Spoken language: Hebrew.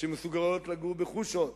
שמסוגלות לגור בחושות,